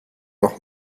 noch